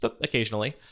occasionally